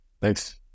Thanks